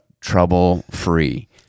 trouble-free